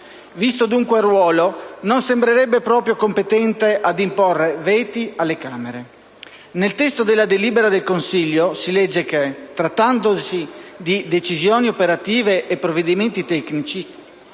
Visto dunque il ruolo, non sembrerebbe proprio competente a imporre veti alle Camere. Nel testo della delibera del Consiglio si legge che, trattandosi di decisioni operative e provvedimenti tecnici,